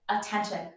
attention